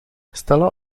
stella